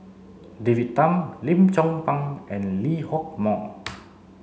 David Tham Lim Chong Pang and Lee Hock Moh